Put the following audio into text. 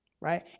right